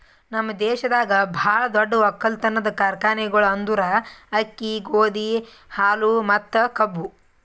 ನಮ್ ದೇಶದಾಗ್ ಭಾಳ ದೊಡ್ಡ ಒಕ್ಕಲತನದ್ ಕಾರ್ಖಾನೆಗೊಳ್ ಅಂದುರ್ ಅಕ್ಕಿ, ಗೋದಿ, ಹಾಲು ಮತ್ತ ಕಬ್ಬು